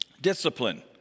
Discipline